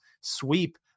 sweep